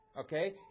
Okay